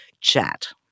chat